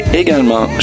également